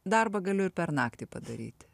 darbą galiu ir per naktį padaryti